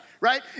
right